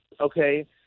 okay